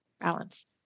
balance